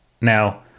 Now